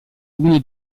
uno